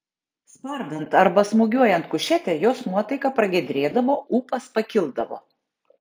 spardant arba smūgiuojant kušetę jos nuotaika pragiedrėdavo ūpas pakildavo